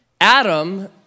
Adam